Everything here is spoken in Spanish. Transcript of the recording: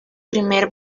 primer